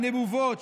הנבובות,